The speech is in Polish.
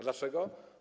Dlaczego?